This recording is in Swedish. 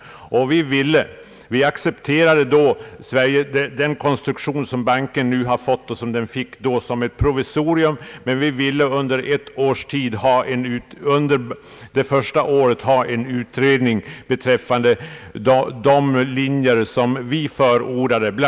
Vi accepterade då den konstruktion banken fick som ett provisorium. Men vi ville under bankens första verksamhetsår ha en utredning beträffande de linjer som vi förordade.